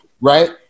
right